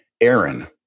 Aaron